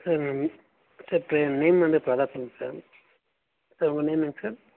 sir sir name வந்து பிரதாப்ங்க sir sir உங்கள் நேமிங் சார்